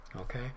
okay